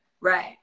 Right